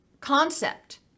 concept